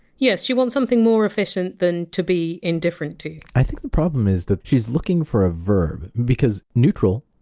yes, she wants something more efficient than to be indifferent to. i think the problem is that she's looking for a verb, because! neutral!